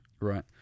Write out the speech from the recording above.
right